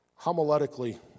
homiletically